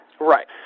Right